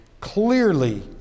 clearly